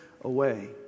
away